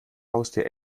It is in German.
haustier